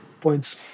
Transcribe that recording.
points